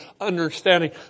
understanding